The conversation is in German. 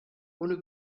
ohne